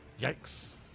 Yikes